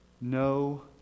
no